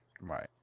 right